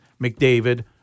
McDavid